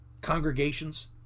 congregations